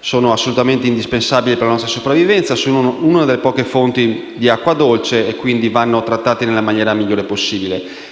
sono assolutamente indispensabili per la nostra sopravvivenza, sono una delle poche fonti di acqua dolce e, quindi, vanno trattati nella maniera migliore possibile.